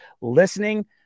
listening